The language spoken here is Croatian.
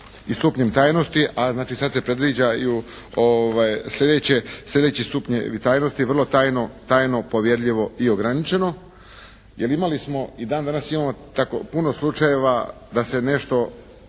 i stupnjem tajnosti, a znači sad se predviđaju slijedeći stupnjevi tajnosti: vrlo tajno, tajno, povjerljivi i ograničeno. Jer imali smo i dan danas imamo tako puno slučajeva da se nešto